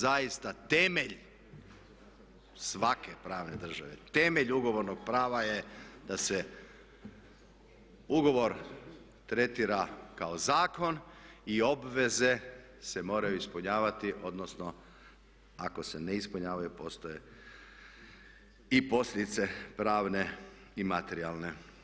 Zaista temelj svake pravne države, temelj ugovornog prava je da se ugovor tretira kao zakon i obveze se moraju ispunjavati odnosno ako se ne ispunjavaju postoje i posljedice pravne i materijalne.